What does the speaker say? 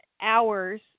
hours